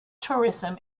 tourism